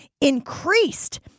increased